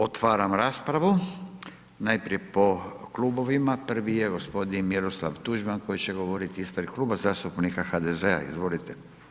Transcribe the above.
Otvaram raspravu najprije po klubovima, prvi je g. Miroslav Tuđman koji će govoriti ispred Kluba zastupnika HDZ-a, izvolite.